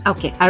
Okay